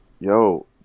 Yo